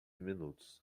minutos